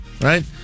right